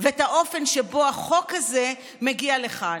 ואת האופן שבו החוק הזה מגיע לכאן.